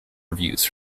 reviews